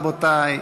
רבותי.